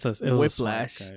Whiplash